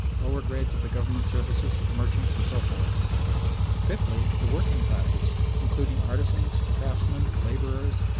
lower grades of the government services, merchants, and so forth fifthly, the working classes, including artisans, craftsmen, labourers,